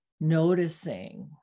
noticing